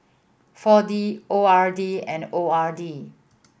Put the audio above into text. Four D O R D and O R D